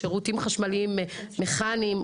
"שירותים חשמליים מכניים",